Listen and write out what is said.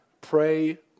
pray